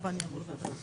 יישארו בוועדת העבודה.